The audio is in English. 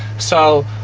so